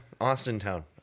Austintown